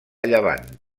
llevant